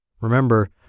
Remember